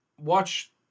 watch